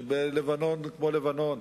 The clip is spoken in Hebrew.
כי בלבנון כמו בלבנון,